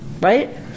right